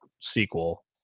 sequel